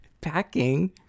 packing